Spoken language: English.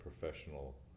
professional